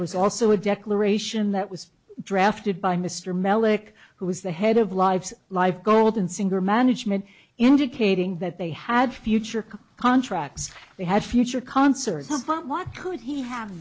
it was also a declaration that was drafted by mr melich who was the head of lives live golden singer management indicating that they had future contracts they had future concerts was not what could he have